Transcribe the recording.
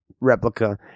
replica